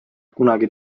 kunagi